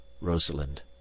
Rosalind